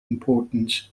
importance